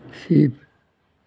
ship